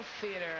Theater